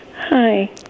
Hi